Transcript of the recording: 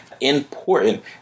important